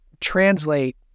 translate